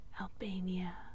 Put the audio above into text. Albania